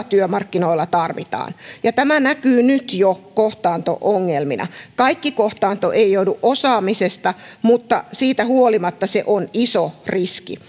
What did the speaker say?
työmarkkinoilla tarvitaan ja tämä näkyy jo nyt kohtaanto ongelmina kaikki kohtaanto ei johdu osaamisesta mutta siitä huolimatta se on iso riski